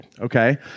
okay